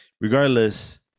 regardless